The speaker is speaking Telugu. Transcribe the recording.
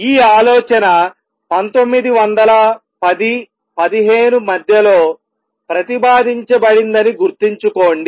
ఈ ఆలోచన పంతొమ్మిది వందల పది పదిహేను మధ్యలో ప్రతిపాదించబడిందని గుర్తుంచుకోండి